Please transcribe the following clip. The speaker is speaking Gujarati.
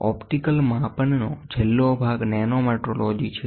ઓપ્ટિકલ માપનો છેલ્લો ભાગ નેનોમેટ્રોલોજી છે